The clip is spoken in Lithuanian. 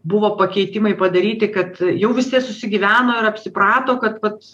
buvo pakeitimai padaryti kad jau visi susigyveno ir apsiprato kad vat